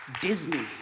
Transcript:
Disney